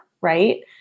right